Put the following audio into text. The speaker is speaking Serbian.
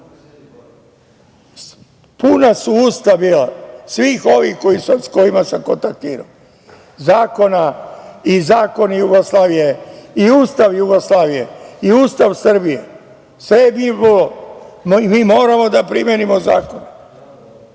Puna su usta bila svih ovih sa kojima sam kontaktirao, zakona i zakona Jugoslavije i Ustav Jugoslavije i Ustav Srbije, sve je bilo – mi moramo da primenimo zakone.